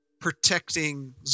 protecting